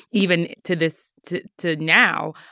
even to this to to now,